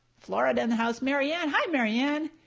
florida in the house. marianne, hi marianne!